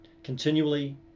continually